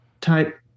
type